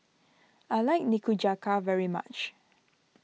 I like Nikujaga very much